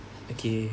okay